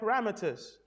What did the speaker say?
parameters